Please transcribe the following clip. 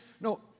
no